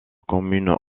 commune